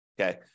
okay